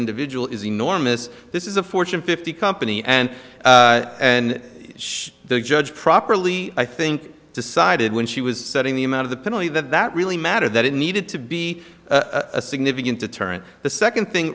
individual is enormous this is a fortune fifty company and and the judge properly i think decided when she was setting the amount of the penalty that that really matter that it needed to be a significant deterrent the second thing